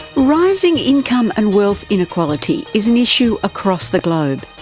rising income and wealth inequality is an issue across the globe.